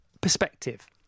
perspective